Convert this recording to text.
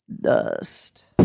Dust